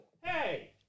hey